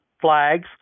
flags